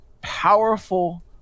powerful